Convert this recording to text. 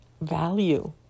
value